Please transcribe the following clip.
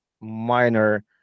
minor